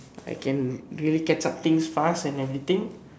I can really catch up things fast and everything